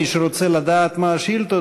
מי שרוצה לדעת מה השאילתות,